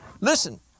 Listen